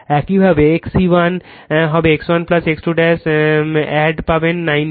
একইভাবে XE1 হবে X1 X2 add পাবেন 19 Ω